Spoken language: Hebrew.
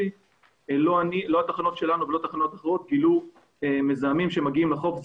לא התחנות שלנו וגם לא התחנות האחרות גילו מזהמים שמגיעים לחוף.